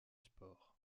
sport